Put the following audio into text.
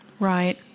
Right